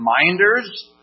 reminders